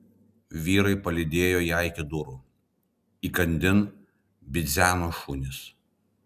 vyrai palydėjo ją iki durų įkandin bidzeno šunys